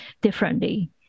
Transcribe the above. differently